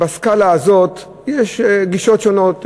בסקלה הזאת יש גישות שונות.